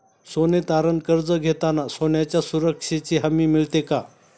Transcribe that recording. सोने तारण कर्ज घेताना सोन्याच्या सुरक्षेची हमी मिळते का?